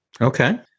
Okay